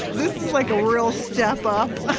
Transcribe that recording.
this is like a real step up. ah